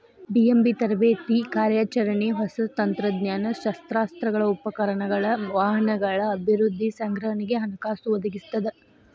BMB ತರಬೇತಿ ಕಾರ್ಯಾಚರಣೆ ಹೊಸ ತಂತ್ರಜ್ಞಾನ ಶಸ್ತ್ರಾಸ್ತ್ರಗಳ ಉಪಕರಣಗಳ ವಾಹನಗಳ ಅಭಿವೃದ್ಧಿ ಸಂಗ್ರಹಣೆಗೆ ಹಣಕಾಸು ಒದಗಿಸ್ತದ